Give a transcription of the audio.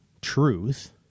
truth